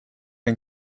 and